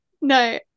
no